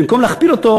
במקום להכפיל אותו,